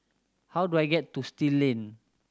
how do I get to Still Lane